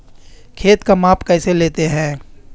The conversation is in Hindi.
खेत का माप कैसे लेते हैं?